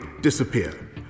disappear